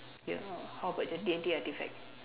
ya how about the D and T artefact